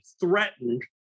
threatened